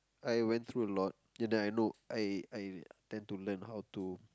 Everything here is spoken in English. I went through a lot then I know I I tend to learn how to